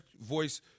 voice